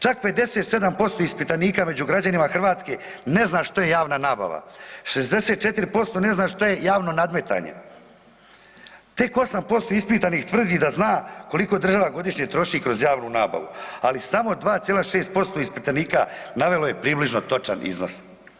Čak 57% ispitanika među građanima Hrvatske ne zna što je javna nabava, 64% ne zna što je javno nadmetanje, tek 8% ispitanih tvrdi da zna koliko država godišnje troši kroz javnu nabavu, ali samo 2,6% ispitanika navelo je približno točan iznos.